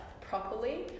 properly